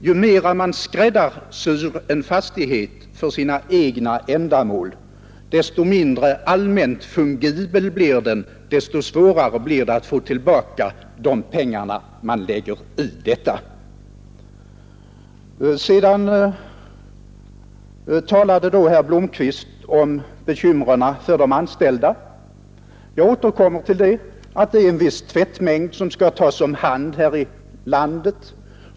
Ju mera skräddarsydd en fastighet är för sitt ändamål, desto mindre allmänt fungibel blir den och desto svårare blir det att få tillbaka de pengar man lägger ner. Sedan talade herr Blomkvist om bekymren för de anställda. Jag återkommer till att det finns en viss tvättmängd som skall tas om hand här i landet.